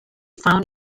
found